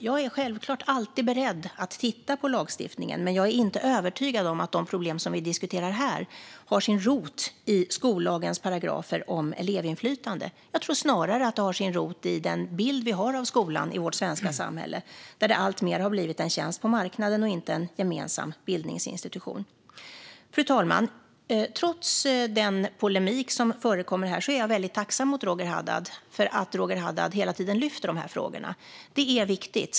Jag är självklart alltid beredd att titta på lagstiftningen, men jag är inte övertygad om att de problem vi diskuterar här har sin rot i skollagens paragrafer om elevinflytande. Jag tror snarare att de har sin rot i den bild vi har av skolan i vårt svenska samhälle, där skolan alltmer har blivit en tjänst på marknaden och inte en gemensam bildningsinstitution. Fru talman! Trots den polemik som förekommer här är jag väldigt tacksam mot Roger Haddad för att han hela tiden lyfter de här frågorna. Det är viktigt.